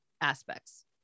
aspects